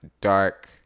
dark